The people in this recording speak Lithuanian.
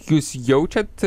jūs jaučiat